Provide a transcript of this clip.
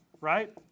right